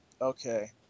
okay